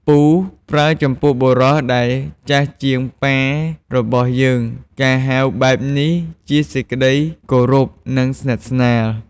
“ពូ” ប្រើចំពោះបុរសដែលចាស់ជាងប៉ារបស់យើង ការហៅបែបនេះ ជាសេចក្ដីគោរព និងស្និទ្ធស្នាល។